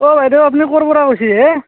অঁ বাইদেউ আপুনি ক'ৰপৰা কৈছি হে